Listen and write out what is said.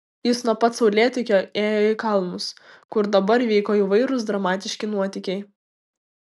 jis nuo pat saulėtekio ėjo į kalnus kur dabar vyko įvairūs dramatiški nuotykiai